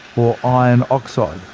or iron oxide,